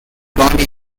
bondi